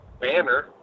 banner